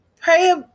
pray